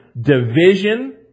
division